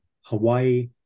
Hawaii